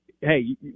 hey